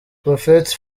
prophet